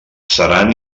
seran